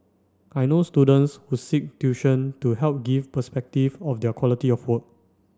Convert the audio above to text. I know students who seek tuition to help give perspective of their quality of work